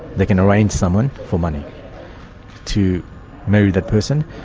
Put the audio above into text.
they can arrange someone for money to marry that person,